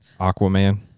Aquaman